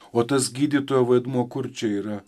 o tas gydytojo vaidmuo kur čia yra